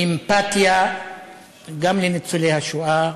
אמפתיה גם לניצולי השואה